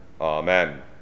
Amen